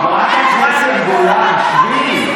חברת הכנסת גולן, שבי.